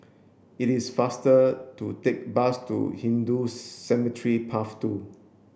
it is faster to take the bus to Hindu Cemetery Path two